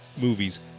movies